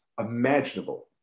imaginable